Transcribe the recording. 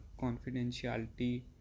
confidentiality